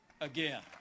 again